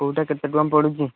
କୋଉଟା କେତେ ଟଙ୍କା ପଡ଼ୁଛି